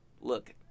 look